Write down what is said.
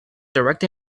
direct